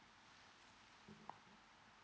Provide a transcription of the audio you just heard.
mm